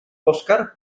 óscar